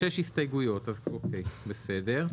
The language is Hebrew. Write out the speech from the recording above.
שש הסתייגויות, אוקיי, בסדר.